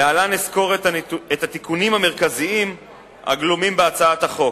להלן אסקור את התיקונים המרכזיים הגלומים בהצעת החוק.